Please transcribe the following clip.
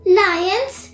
lions